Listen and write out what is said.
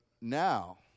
now